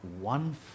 one